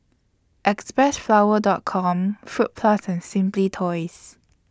Xpressflower Dot Com Fruit Plus and Simply Toys